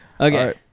Okay